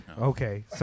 Okay